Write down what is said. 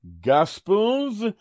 gospels